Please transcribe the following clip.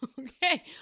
Okay